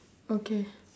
okay